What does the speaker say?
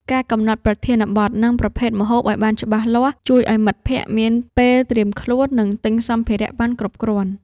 ការកំណត់ប្រធានបទ និងប្រភេទម្ហូបឱ្យបានច្បាស់លាស់ ជួយឱ្យមិត្តភក្តិមានពេលត្រៀមខ្លួន និងទិញសម្ភារៈបានគ្រប់គ្រាន់។